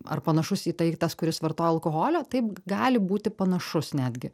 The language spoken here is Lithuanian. ar panašus į tai tas kuris vartoja alkoholio taip g gali būti panašus netgi